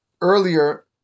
earlier